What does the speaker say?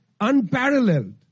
unparalleled